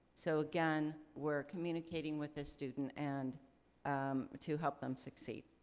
so, again, we're communicating with the student and um to help them succeed.